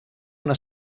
una